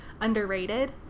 Underrated